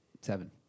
seven